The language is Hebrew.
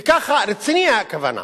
וככה, רציני, הכוונה.